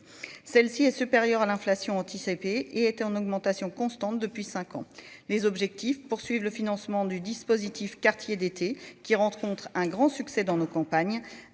celle-ci est supérieure à l'inflation anticipée était en augmentation constante depuis 5 ans, les objectifs poursuivent le financement du dispositif Quartiers d'été qui rentre contre un grand succès dans nos campagnes,